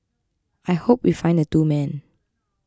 I hope we find the two men